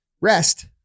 rest